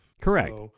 correct